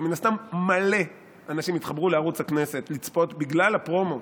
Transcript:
ומן הסתם מלא אנשים התחברו לערוץ הכנסת לצפות בגלל הפרומו